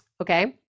Okay